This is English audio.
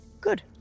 Good